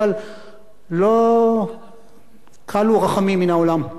אבל לא כלו רחמים מן העולם.